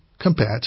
compared